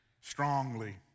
strongly